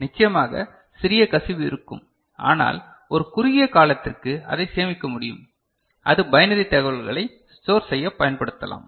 நிச்சயமாக சிறிய கசிவு இருக்கும் ஆனால் ஒரு குறுகிய காலத்திற்கு அதை சேமிக்க முடியும் அது பைனரி தகவல்களை ஸ்டோர் செய்யப் பயன்படுத்தலாம்